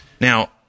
Now